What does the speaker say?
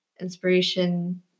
inspiration